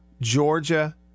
Georgia